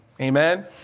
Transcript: Amen